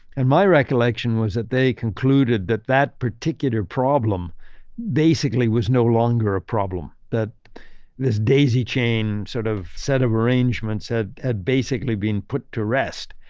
and my recollection was that they concluded that that particular problem basically was no longer a problem. that this daisy chain sort of set of arrangements had ah basically been put to rest.